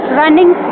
running